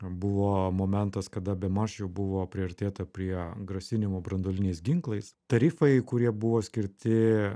buvo momentas kada bemaž jau buvo priartėta prie grasinimų branduoliniais ginklais tarifai kurie buvo skirti